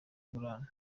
ingurane